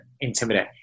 intimidate